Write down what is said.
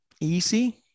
easy